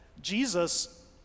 jesus